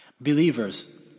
Believers